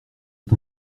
est